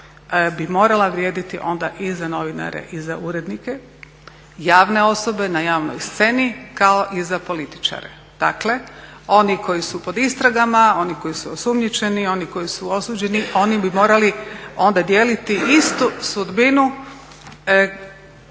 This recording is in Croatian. bi morala vrijediti onda i za novinare i za urednike, javne osobe na javnoj sceni kao i za političare. Dakle, oni koji su pod istragama, oni koji su osumnjičeni, oni koji su osuđeni oni bi morali onda dijeliti istu sudbinu